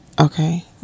Okay